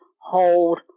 hold